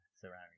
surrounding